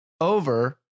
over